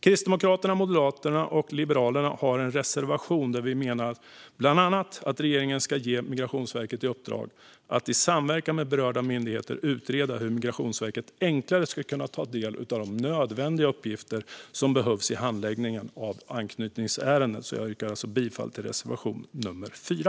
Kristdemokraterna, Moderaterna och Liberalerna har en reservation där vi bland annat menar att regeringen ska ge Migrationsverket i uppdrag att i samverkan med berörda myndigheter utreda hur Migrationsverket enklare ska kunna ta del av de nödvändiga uppgifter som behövs i handläggningen av anknytningsärenden. Jag yrkar bifall till reservation 4.